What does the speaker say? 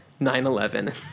9-11